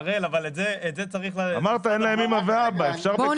אמרת שאין להם אבא ואמא --- אבי,